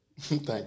Thank